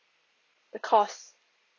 the cost